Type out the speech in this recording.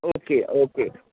okay okay